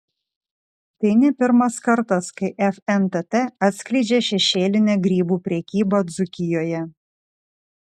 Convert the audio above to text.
tai ne pirmas kartas kai fntt atskleidžia šešėlinę grybų prekybą dzūkijoje